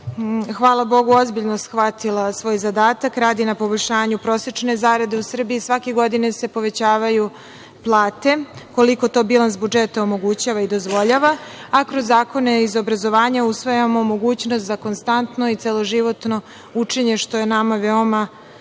hvala Bogu, ozbiljno shvatila svoj zadatak, radi na poboljšanju prosečne zarade u Srbiji. Svake godine se povećavaju plate, koliko to bilans budžeta omogućava i dozvoljava, a kroz zakone iz obrazovanja usvajamo mogućnost za konstantno i celoživotno učenje, što je nama veoma